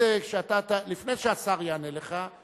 רוצה שלפני שהשר יענה לך,